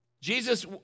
Jesus